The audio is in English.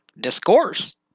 Discourse